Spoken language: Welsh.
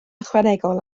ychwanegol